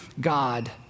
God